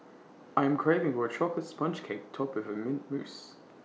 I am craving for A Chocolate Sponge Cake Topped with Mint Mousse